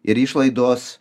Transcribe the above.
ir išlaidos